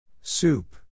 Soup